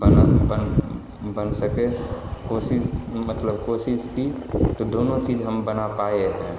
बना बन बन सके कोशिश मतलब कोशिश की तो दोनों चीज़ हम बना पाए हैं